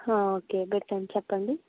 okay button చెప్పండి